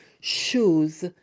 shoes